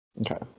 Okay